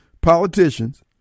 politicians